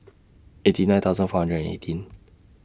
eighty nine thousand four hundred and eighteen